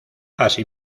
así